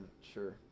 sure